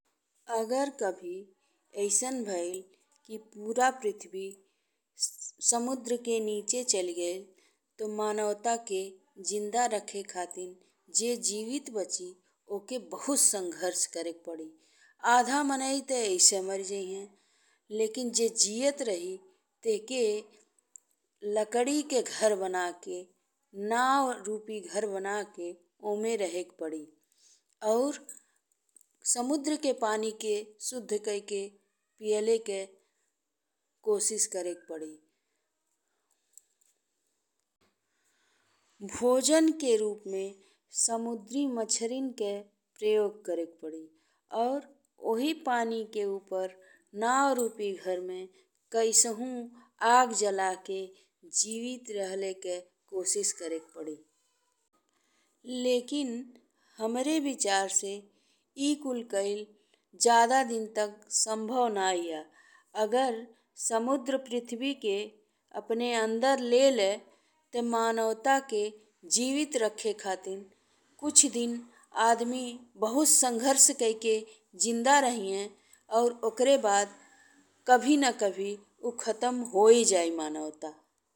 अगर कभी अइसन भइल कि पूरा पृथ्वी समुद्र के नीचे चली गइल ते मानवता के जिन्दा राखे खातिर जे जीवित बची ओके बहुत संघर्र्ष करे के पड़ी। आधा माने ते अइसे मरी जइहे, लेकिन जे जियत रही ताके लकड़ी के घर बनाके, नाव रूप घर बनाके ओमे रहे के पड़ी अउर समुद्र के पानी के शुद्ध कई के पिये के कोशिश करे के पड़ी। भोजन के रूप में समुद्री मच्छरिन के प्रयोग करे के पड़ी और ओही पानी के ऊपर नाव रूप घर में कइसहु आग जला के जीवित रहले के कोशिश करे के पड़ी। लेकिन हमरे विचार से ए कुल कईल जादा दिन तक संभव नाहीं या। अगर समुद्र पृथ्वी के अपने अंदर ले ले ते मानवता के जीवित राखे खातिन कुछ दिन आदमी बहुत संघर्र्ष कइ के जिन्दा रहीहे। ओकरे बाद कभी ने कभी उ खतम होई जाई मानवता।